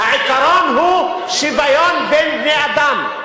העיקרון הוא שוויון בין בני-אדם,